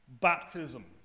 baptism